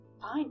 Fine